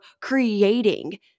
creating